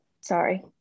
Sorry